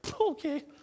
okay